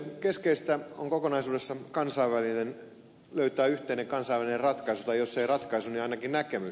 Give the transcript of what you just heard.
keskeistä kokonaisuudessa on löytää yhteinen kansainvälinen ratkaisu tai jos ei ratkaisu niin ainakin näkemys